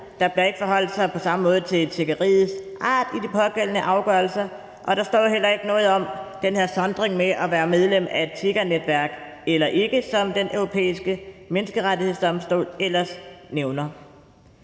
der bliver ikke på samme måde forholdt sig til tiggeriets art i de pågældende afgørelser, og der står heller ikke noget om den her sondring mellem at være medlem af et tiggernetværk eller ej, som Den Europæiske Menneskerettighedsdomstol ellers nævner.